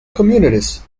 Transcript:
communities